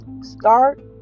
Start